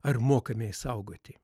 ar mokame išsaugoti